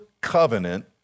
covenant